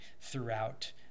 throughout